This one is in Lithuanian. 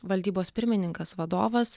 valdybos pirmininkas vadovas